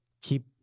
keep